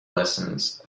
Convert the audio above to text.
lessons